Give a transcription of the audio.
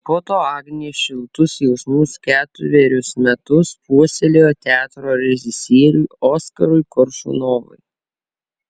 po to agnė šiltus jausmus ketverius metus puoselėjo teatro režisieriui oskarui koršunovui